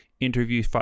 interview